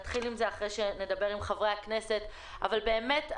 ואחרי שחברי הכנסת יתייחסו,